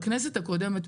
בכנסת הקודמת,